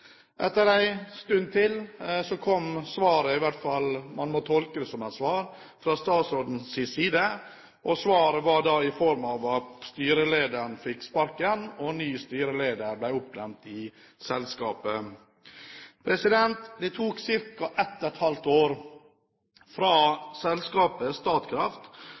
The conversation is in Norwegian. kom svaret – i hvert fall må man tolke det som et svar – fra statsråden, og svaret var da i form av at styrelederen fikk sparken, og en ny styreleder ble oppnevnt i selskapet. Det tok ca. 1½ år fra selskapet Statkraft